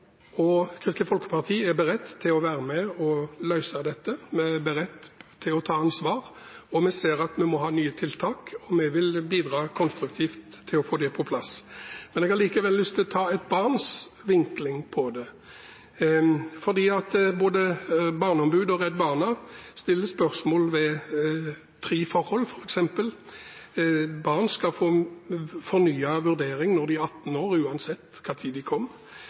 Kristelig Folkeparti er beredt til å være med og løse dette, vi er beredt til å ta ansvar, og vi ser at vi må ha nye tiltak. Vi vil bidra konstruktivt til å få det på plass. Men jeg har likevel lyst til å ta et barns vinkling på det. Både Barneombudet og Redd Barna stiller spørsmål ved tre forhold: Barn skal få fornyet vurdering når de er 18 år, uansett når de kom.